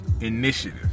initiative